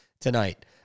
tonight